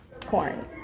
corn